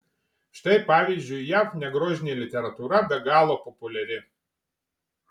štai pavyzdžiui jav negrožinė literatūra be galo populiari